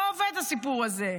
לא עובד, הסיפור הזה.